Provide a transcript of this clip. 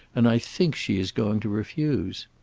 and i think she is going to refuse.